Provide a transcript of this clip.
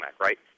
right